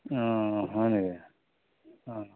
হয় নেকি